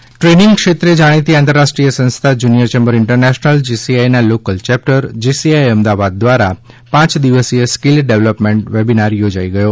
Ahmedabad training ક્ષેત્રે જાણીતી આંતરરાષ્ટ્રીય સંસ્થા જૂનીયર ચેમ્બર ઈન્ટરનેશનલ જેસીઆઈના લોકલ ચેપ્ટર જેસીઆઇ અમદાવાદ દ્વારા પાંચ દિવસીય સ્કીલ ડેવલોપમેન્ટ વેબીનાર યોજાઈ ગયો